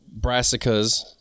brassicas